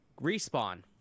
Respawn